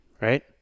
Right